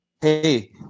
Hey